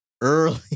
Early